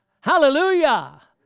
Hallelujah